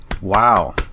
Wow